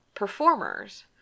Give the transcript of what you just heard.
performers